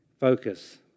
focus